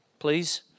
Please